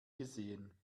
gesehen